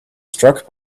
struck